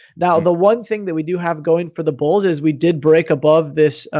now, the one thing that we do have going for the bulls is we did break above this,